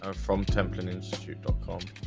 ah from templin institute ah calm